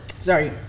Sorry